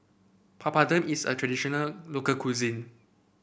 Papadum is a traditional local cuisine